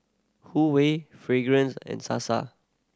Huwei Fragrance and Sasa